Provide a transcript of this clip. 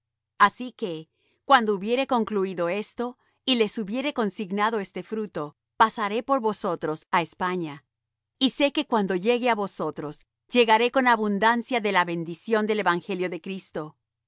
así que cuando hubiere concluído esto y les hubiere consignado este fruto pasaré por vosotros á españa y sé que cuando llegue á vosotros llegaré con abundancia de la bendición del evangelio de cristo